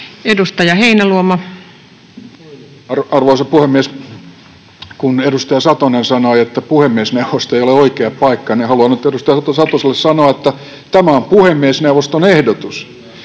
Content: Arvoisa puhemies! Kun edustaja Satonen sanoi, että puhemiesneuvosto ei ole oikea paikka, niin haluan nyt edustaja Arto Satoselle sanoa, että tämä on puhemiesneuvoston ehdotus.